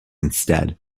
instead